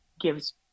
gives